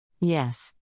Yes